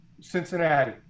Cincinnati